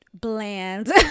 bland